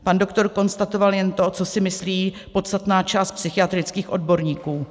Pan doktor konstatoval jen to, co si myslí podstatná část psychiatrických odborníků.